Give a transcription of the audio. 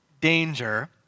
danger